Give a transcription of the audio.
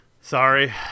sorry